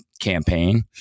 campaign